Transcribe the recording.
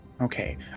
Okay